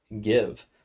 give